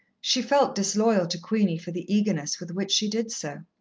she felt disloyal to queenie for the eagerness with which she did so.